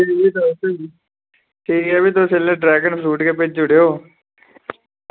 ठीक ऐ भी तुस इसलै ड्रैगन फ्रूट गै भेजी ओड़ेओ